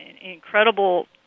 incredible